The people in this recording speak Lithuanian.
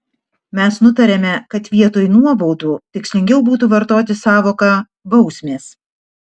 mes nutarėme kad vietoj nuobaudų tikslingiau būtų vartoti sąvoką bausmės